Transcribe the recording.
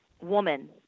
woman